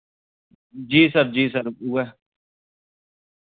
जी sir जी sir उ'यै